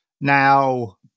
now